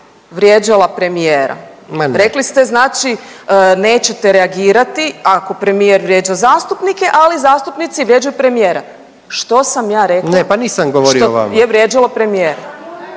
Ma ne/…Rekli ste znači nećete reagirati ako premijer vrijeđa zastupnike, ali zastupnici vrijeđaju premijera, što sam ja rekla… …/Upadica predsjednik: Ne, pa nisam ja govorio o vama/…. …što je vrijeđalo premijera…